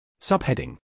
Subheading